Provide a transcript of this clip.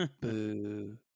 Boo